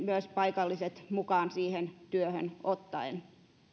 myös paikalliset mukaan siihen työhön ottaen